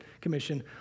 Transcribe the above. Commission